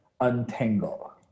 untangle